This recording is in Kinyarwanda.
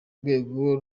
rwego